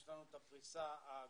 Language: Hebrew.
יש לנו את הפריסה הגלובלית.